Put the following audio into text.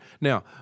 Now